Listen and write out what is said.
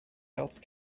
else